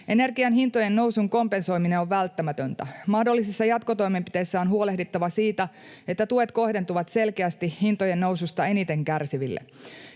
Energian hintojen nousun kompensoiminen on välttämätöntä. Mahdollisissa jatkotoimenpiteissä on huolehdittava siitä, että tuet kohdentuvat selkeästi hintojen noususta eniten kärsiville.